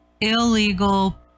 illegal